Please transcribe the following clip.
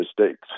Mistakes